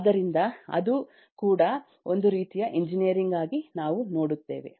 ಆದ್ದರಿಂದ ಅದು ಕೂಡ ಒಂದು ರೀತಿಯ ಎಂಜಿನಿಯರಿಂಗ್ ಆಗಿ ನಾವು ನೋಡುತೇವೆ